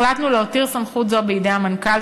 החלטנו להותיר סמכות זו בידי המנכ"ל,